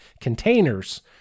containers